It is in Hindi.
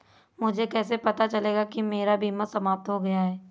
मुझे कैसे पता चलेगा कि मेरा बीमा समाप्त हो गया है?